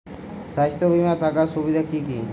স্বাস্থ্য বিমা থাকার সুবিধা কী কী?